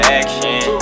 action